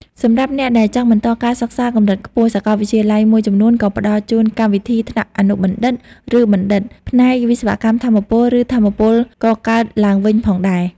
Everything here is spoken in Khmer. សម្រាប់អ្នកដែលចង់បន្តការសិក្សាកម្រិតខ្ពស់ សាកលវិទ្យាល័យមួយចំនួនក៏ផ្តល់នូវ កម្មវិធីថ្នាក់អនុបណ្ឌិត ឬបណ្ឌិត ផ្នែកវិស្វកម្មថាមពល ឬថាមពលកកើតឡើងវិញផងដែរ។